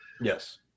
Yes